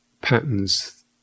patterns